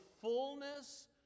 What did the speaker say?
fullness